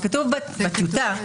מופיע בנוסח.